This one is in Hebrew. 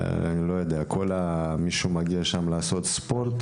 כל מי שמגיע לשם כדי לעשות ספורט